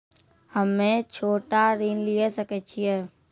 हम्मे छोटा ऋण लिये सकय छियै?